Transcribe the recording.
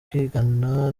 kigana